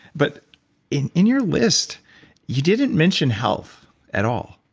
but in in your list you didn't mention health at all.